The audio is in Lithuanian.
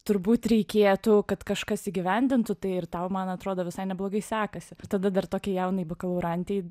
turbūt reikėtų kad kažkas įgyvendintų tai ir tau man atrodo visai neblogai sekasi tada dar tokiai jaunai bakalaurantei